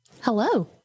Hello